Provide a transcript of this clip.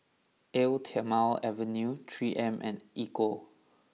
Eau Thermale Avene Three M and Ecco